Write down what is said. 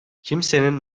kimsenin